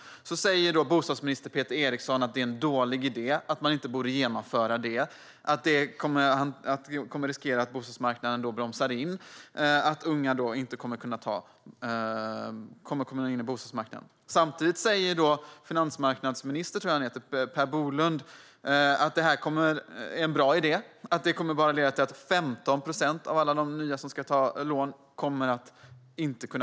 Bostadsminister Peter Eriksson säger att detta är en dålig idé och att man inte bör genomföra detta. Han menar att risken är att bostadsmarknaden bromsar in och att unga inte kommer att kunna ta sig in på bostadsmarknaden. Samtidigt säger finansmarknadsminister Per Bolund att detta är en bra idé och att det bara är 15 procent av alla de nya som ska ta lån som inte kommer att kunna göra det.